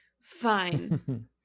Fine